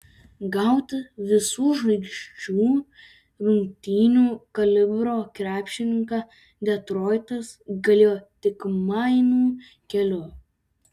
gauti visų žvaigždžių rungtynių kalibro krepšininką detroitas galėjo tik mainų keliu